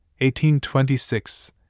1826